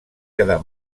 quedar